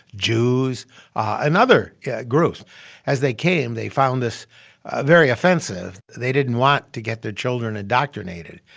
jews and other yeah groups as they came, they found this very offensive. they didn't want to get their children indoctrinated.